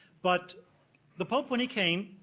but the pope, when he came,